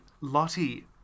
Lottie